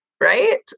Right